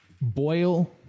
Boil